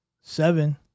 seven